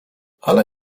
ale